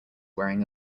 wearing